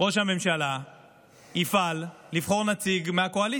ראש הממשלה יפעל לבחור נציג מהקואליציה,